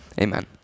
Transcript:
amen